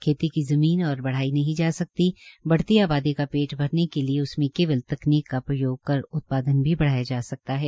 खेती की जमीन और बढ़ाई नहीं जा सकती बढ़ती आबादी का पेट भरने के लिये इसमें केवल तकनीक का प्रयोग कर उत्पादन भी बढ़ाया जा सकता है